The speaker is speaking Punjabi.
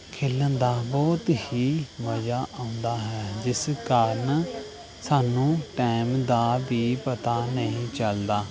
ਖੇਡਣ ਦਾ ਬਹੁਤ ਹੀ ਮਜ਼ਾ ਆਉਂਦਾ ਹੈ ਜਿਸ ਕਾਰਨ ਸਾਨੂੰ ਟਾਈਮ ਦਾ ਵੀ ਪਤਾ ਨਹੀਂ ਚੱਲਦਾ